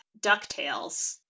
DuckTales